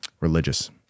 religious